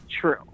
true